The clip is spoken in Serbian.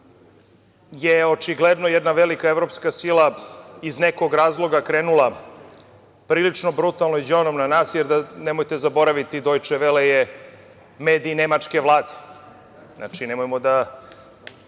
je očigledno jedna velika evropska sila iz nekog razloga krenula prilično brutalno i đonom na nas. Nemojte zaboraviti Dojče Vele je mediji Nemačke vlade. Znači, nemojmo da